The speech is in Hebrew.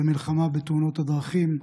למלחמה בתאונות הדרכים,